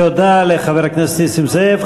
תודה לחבר הכנסת נסים זאב.